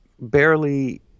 barely